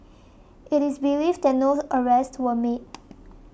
it is believed that no arrests were made